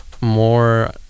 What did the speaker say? more